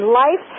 life